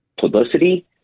publicity